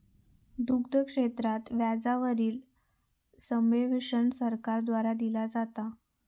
दुग्ध क्षेत्रात व्याजा वरील सब्वेंशन सरकार द्वारा दिला जाता